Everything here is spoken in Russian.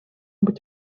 быть